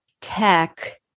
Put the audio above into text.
tech